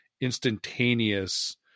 instantaneous